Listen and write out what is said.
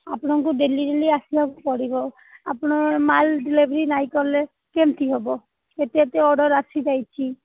ଆପଣଙ୍କୁ daily daily ଆସିବାକୁ ପଡ଼ିବ ଆପଣ ମାଲ୍ ଡେଲିଭରି ନାହିଁ କଲେ କେମିତି ହେବ ଏତେ ଏତେ ଅର୍ଡ଼ର ଆସିଯାଇଛି